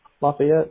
Lafayette